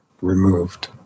removed